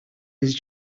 his